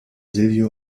silvio